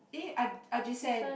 eh ah Ajisen